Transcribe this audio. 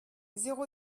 zéro